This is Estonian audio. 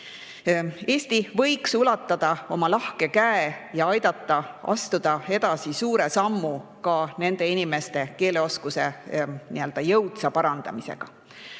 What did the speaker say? Eesti võiks ulatada oma lahke käe ja aidata astuda edasi suure sammu ka nende inimeste keeleoskuse jõudsas parandamisega. Lisaks